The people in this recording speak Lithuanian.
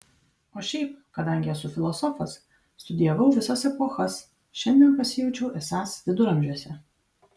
o šiaip kadangi esu filosofas studijavau visas epochas šiandien pasijaučiau esąs viduramžiuose